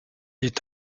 est